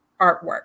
artwork